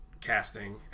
casting